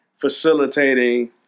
facilitating